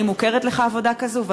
האם מוכרת לך עבודה כזו?